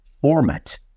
format